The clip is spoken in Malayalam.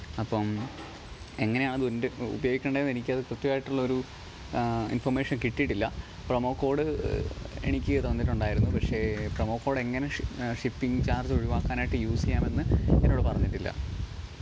അപ്പോള് എങ്ങനെയാണതിന്റെ ഉ ഉപയോഗിക്കണ്ടേന്നെനിക്കത് കൃത്യമായിട്ടുള്ളൊരു ഇന്ഫര്മേഷന് കിട്ടിയിട്ടില്ല പ്രൊമോ കോഡ് എനിക്ക് തന്നിട്ടുണ്ടായിരുന്നു പക്ഷെ പ്രൊമോ കോഡെങ്ങനെ ഷിപ് ഷിപ്പിങ് ചാര്ജൊഴിവാക്കാനായിട്ട് യൂസെയ്യാമെന്ന് എന്നോട് പറഞ്ഞിട്ടില്ല